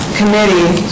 committee